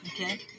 Okay